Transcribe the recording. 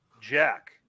Jack